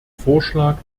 vorschlag